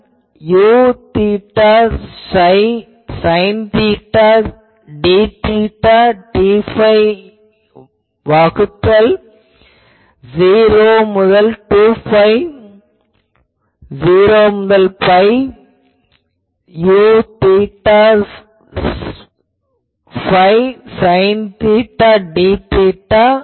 Uθϕ sine theta d theta d phi வகுத்தல் '0' முதல் 2பை '0' முதல் pi Uθϕ sine theta d theta d phi